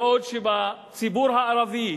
בעוד שבציבור הערבי,